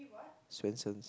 Swensens